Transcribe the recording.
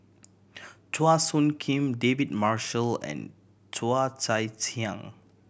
Chua Soo Khim David Marshall and Cheo Chai Hiang